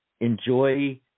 Enjoy